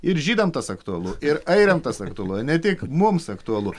ir žydam tas aktualu ir airiam tas aktualu ne tik mums aktualu